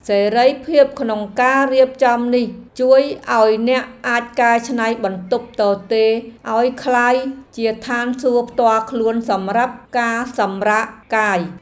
សេរីភាពក្នុងការរៀបចំនេះជួយឱ្យអ្នកអាចកែច្នៃបន្ទប់ទទេរឱ្យក្លាយជាឋានសួគ៌ផ្ទាល់ខ្លួនសម្រាប់ការសម្រាកកាយ។